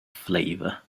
flavor